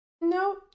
No